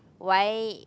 why